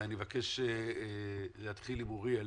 ואני מבקש להתחיל עם אוריאל